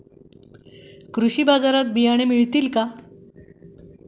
कृषी बाजारात बियाणे भेटतील का?